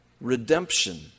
redemption